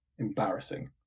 Embarrassing